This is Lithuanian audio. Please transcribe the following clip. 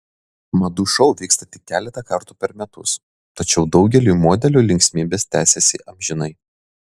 madų šou vyksta tik keletą kartų per metus tačiau daugeliui modelių linksmybės tęsiasi amžinai